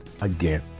again